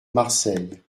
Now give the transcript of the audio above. marseille